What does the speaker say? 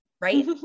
right